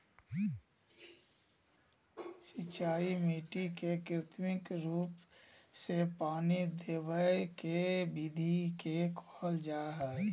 सिंचाई मिट्टी के कृत्रिम रूप से पानी देवय के विधि के कहल जा हई